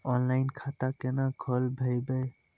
Online खाता केना खोलभैबै?